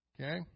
Okay